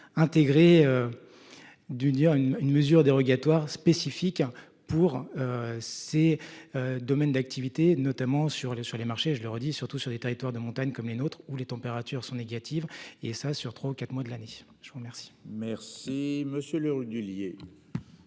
une une mesure dérogatoire spécifique pour. Ses. Domaines d'activité, notamment sur les sur les marchés. Je leur ai dit surtout sur des territoires de montagne comme les nôtres où les températures sont négatives et ça sur trois ou quatre mois de l'année. Je vous remercie. Merci Monsieur le Rudulier.